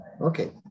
Okay